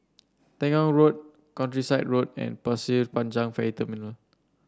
Temenggong Road Countryside Road and Pasir Panjang Ferry Terminal